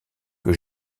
que